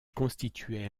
constituaient